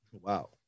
Wow